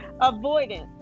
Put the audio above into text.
avoidance